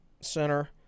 center